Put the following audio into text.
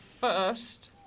first